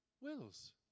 wills